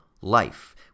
life